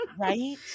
Right